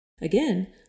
Again